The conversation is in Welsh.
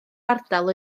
ardal